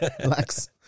Relax